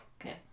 Okay